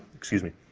excuse me,